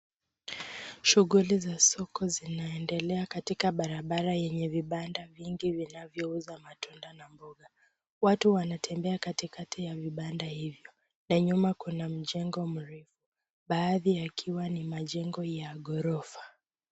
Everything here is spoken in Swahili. Shughuli za soko zinaendelea katika barabara yenye vibanda vingi vinavyouza matunda na mboga. Watu wanatembea katikati ya vibanda hivyo na nyuma kuna mjengo mrefu, baadhi yakiwa ni majengo ya ghorofa.